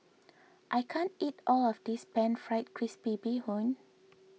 I can't eat all of this Pan Fried Crispy Bee Hoon